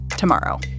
Tomorrow